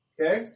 Okay